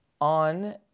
on